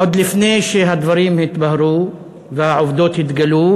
עוד לפני שהדברים התבהרו והעובדות התגלו,